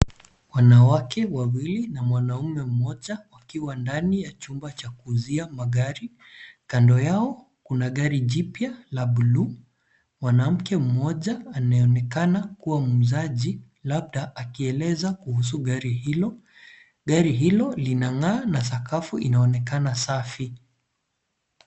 Wanawake wawili na mwanaume mmoja wakiwa ndani ya chumba cha kuuzia magari. Kando yao kuna gari jipya la buluu. Mwanamke mmoja anaonekana kuwa muuzaji labda akieleza kuhusu gari hilo. Gari hilo linangaa na sakafu inaonekana safi.